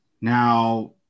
Now